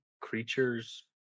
creatures